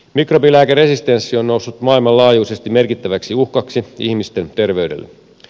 mikrobilääkeresistenssi on noussut maailmanlaajuisesti merkittäväksi uhkaksi ihmisten terveydelle